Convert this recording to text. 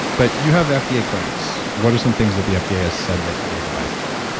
but you have fda clearance. what are some things that the fda has said that your device does?